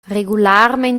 regularmein